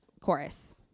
chorus